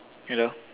hello